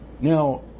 Now